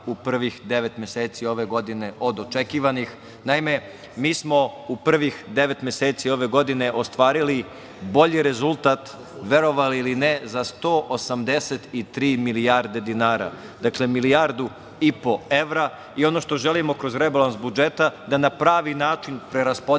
u prvih devet meseci ove godine od očekivanih. Naime, mi smo u prvih devet meseci ove godine ostvarili bolji rezultat, verovali ili ne, za 180 milijarde dinara, dakle, milijardu i po evra. Ono što želimo kroz rebalans budžeta je da na pravi način preraspodelimo